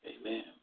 Amen